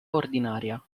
ordinaria